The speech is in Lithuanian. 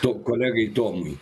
to kolegai tomui